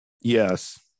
Yes